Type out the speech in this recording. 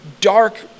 dark